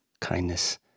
kindness